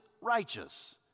righteous